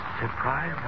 surprise